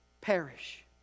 Perish